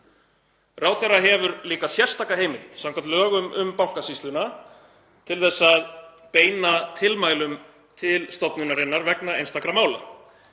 Ráðherra hefur líka sérstaka heimild samkvæmt lögum um Bankasýsluna til þess að beina tilmælum til stofnunarinnar vegna einstakra mála.